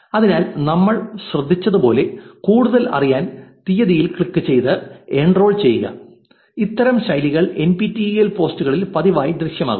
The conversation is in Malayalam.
അതിനാൽ നമ്മൾ ശ്രദ്ധിച്ചതുപോലെ കൂടുതൽ അറിയാൻ തീയതിയിൽ ക്ലിക്കു ചെയ്തു എൻറോൾ ചെയ്യുക ഇത്തരം ശൈലികൾ എൻപിടിഇഎൽ പോസ്റ്റുകളിൽ പതിവായി ദൃശ്യമാകുന്നു